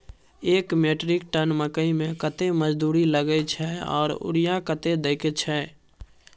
एक metric ton मकई में कतेक मजदूरी लगे छै आर यूरिया कतेक देके छै?